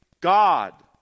God